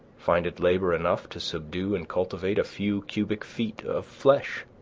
find it labor enough to subdue and cultivate a few cubic feet of flesh.